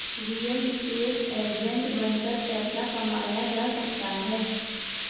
real estate agent बनकर पैसा कमाया जा सकता है